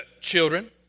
children